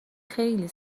خیلی